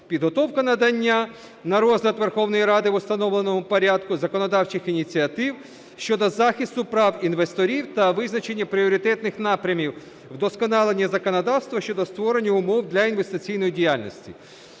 підготовка та надання на розгляд Верховної Ради в установленому порядку законодавчих ініціатив щодо захисту прав інвесторів та визначення пріоритетних напрямів вдосконалення законодавства щодо створення умов для інвестиційної діяльності.